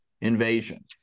invasion